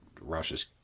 Russia's